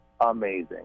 amazing